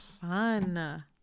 fun